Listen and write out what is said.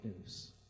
news